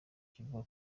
kivuga